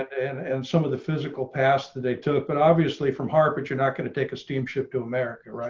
and and some of the physical past that they took but obviously from heart but you're not going to take a steamship to america.